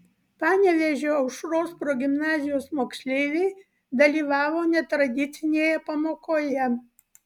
panevėžio aušros progimnazijos moksleiviai dalyvavo netradicinėje pamokoje